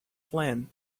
phlegm